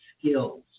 Skills